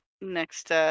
next